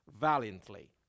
valiantly